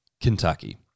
Kentucky